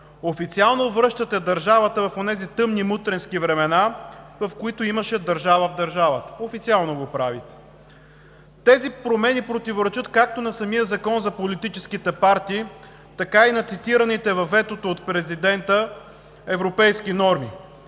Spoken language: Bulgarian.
официално връщате държавата в онези тъмни, мутренски времена, в които имаше държава в държавата. Официално го правите. Тези промени противоречат както на самия Закон за политическите партии, така и на цитираните във ветото от президента европейски норми.